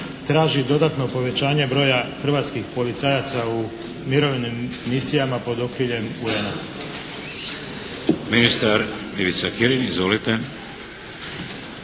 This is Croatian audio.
traži dodatno povećanje broja hrvatskih policajaca u mirovnim misijama pod okriljem UN-a. **Šeks, Vladimir (HDZ)**